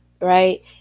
right